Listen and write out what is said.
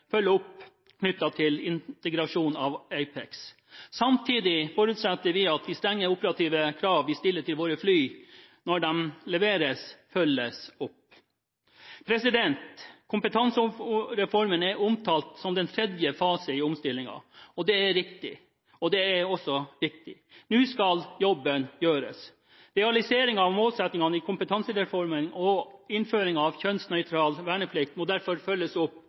følger opp når det gjelder integrasjon av APEX. Samtidig forutsetter vi at de strenge operative kravene vi stiller til våre fly når de leveres, følges opp. Kompetansereformen er omtalt som den tredje fase i omstillingen. Det er riktig, og det er også viktig. Nå skal jobben gjøres. Realisering av målsettingene i kompetansereformen og innføringen av kjønnsnøytral verneplikt må derfor følges opp